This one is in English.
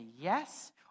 yes